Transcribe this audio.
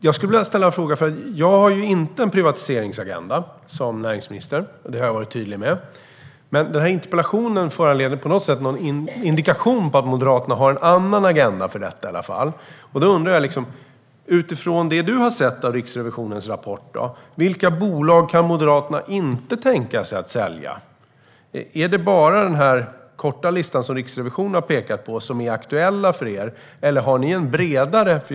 Jag har inte, som näringsminister, en privatiseringsagenda. Det har jag varit tydlig med. Men interpellationen är en indikation på att Moderaterna har en annan agenda. Utifrån vad Edward Riedl har sett av Riksrevisionens rapport, vilka bolag kan Moderaterna inte tänka sig att sälja? Är det bara den korta lista som Riksrevisionen har pekat på som är aktuell för er? Har ni en bredare lista?